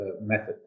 method